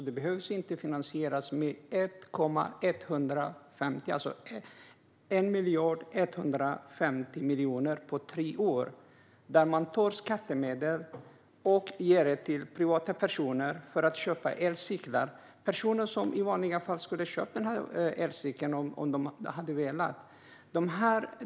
Det behöver alltså inte finansieras med 1 050 miljoner på tre år där man tar skattemedel och ger till privatpersoner för att de ska köpa elcyklar - personer som i alla fall köper den här elcykeln om de vill det.